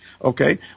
Okay